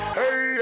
hey